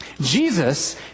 Jesus